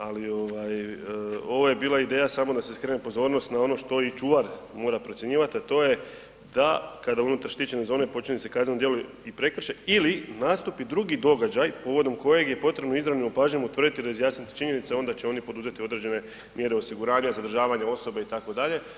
Ali ovo je bila ideja samo da se skrene pozornost na ono što i čuvar mora procjenjivati, a to je da kada unutar štićene zone počini se kazneno djelo i prekršaj ili nastupi drugi događaj povodom kojeg je potrebno izravnom opažanjem utvrditi i razjasniti činjenice, onda će oni poduzeti određene mjere osiguranja, zadržavanja osobe, itd.